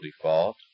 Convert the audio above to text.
default